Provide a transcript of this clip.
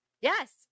Yes